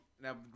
now